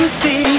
see